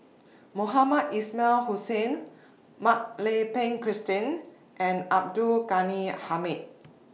Mohamed Ismail Hussain Mak Lai Peng Christine and Abdul Ghani Hamid